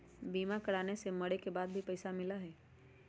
बीमा कराने से मरे के बाद भी पईसा मिलहई?